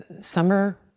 summer